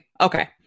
Okay